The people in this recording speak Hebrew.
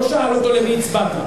לא שאלנו אותו: למי הצבעת?